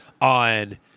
on